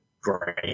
great